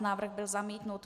Návrh byl zamítnut.